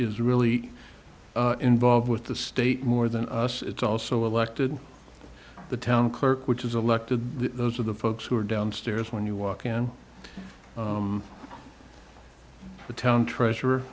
is really involved with the state more than us it's also elected the town clerk which is elected those are the folks who are downstairs when you walk in the town treasure